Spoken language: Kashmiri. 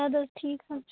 اَدٕ حظ ٹھیٖک حظ چھُ